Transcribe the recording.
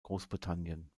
großbritannien